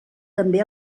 també